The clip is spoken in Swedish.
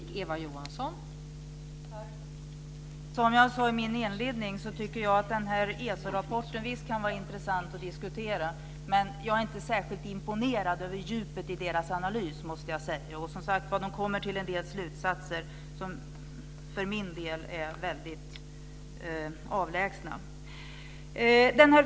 Herr talman! Som jag sade i min inledning tycker jag att ESO-rapporten visst kan vara intressant att diskutera, men jag är inte särskilt imponerad av djupet i deras analys. De kommer till en del slutsatser som för min del är väldigt avlägsna.